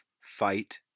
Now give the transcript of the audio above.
fight